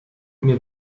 mir